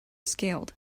scaled